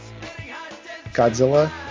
Godzilla